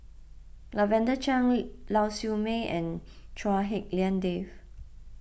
Lavender Chang Lau Siew Mei and Chua Hak Lien Dave